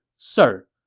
sir,